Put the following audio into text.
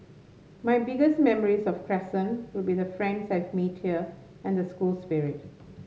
my biggest memories of Crescent will be the friends I've made here and the school spirit